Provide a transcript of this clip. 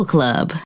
Club